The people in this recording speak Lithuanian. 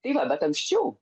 tai va bet anksčiau